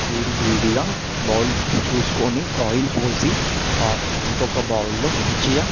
వేడి వేడిగా బౌల్ చూసుకొని ఆయిల్ పోసి ఇంకొక బౌల్లో మంచిగా